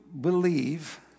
believe